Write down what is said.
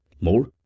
more